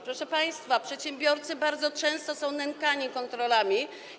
Proszę państwa, przedsiębiorcy bardzo często są nękani kontrolami.